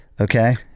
Okay